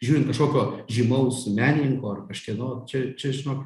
žiūrint kažkokio žymaus menininko ar kažkieno čia čia žinok